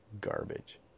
garbage